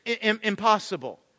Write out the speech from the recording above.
impossible